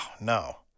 no